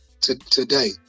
today